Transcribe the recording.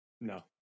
No